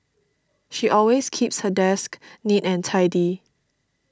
she always keeps her desk neat and tidy